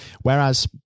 whereas